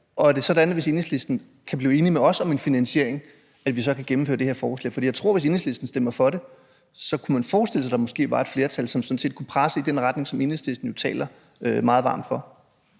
Og er det sådan, at vi, hvis Enhedslisten kan blive enige med os om en finansiering, så kan gennemføre det her forslag? For jeg tror, at man, hvis Enhedslisten stemmer for det, kunne forestille sig, at der måske var et flertal, som sådan set kunne presse i den retning, som Enhedslisten jo taler meget varmt for.